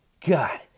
God